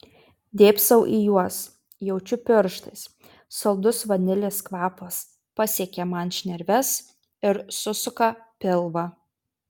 dėbsau į juos jaučiu pirštais saldus vanilės kvapas pasiekia man šnerves ir susuka pilvą